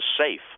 safe